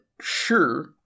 sure